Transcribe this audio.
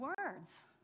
words